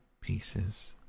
pieces